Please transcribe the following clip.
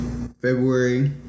February